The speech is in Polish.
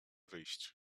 wyjść